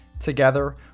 Together